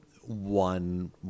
one